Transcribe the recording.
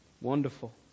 Wonderful